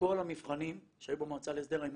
כל המבחנים שהיו במועצה להסדר ההימורים,